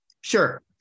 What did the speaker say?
Sure